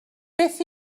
beth